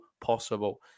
possible